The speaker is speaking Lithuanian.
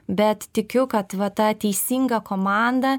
bet tikiu kad va ta teisinga komanda